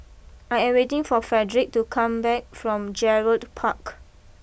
I am waiting for Fredric to come back from Gerald Park